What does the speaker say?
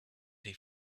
they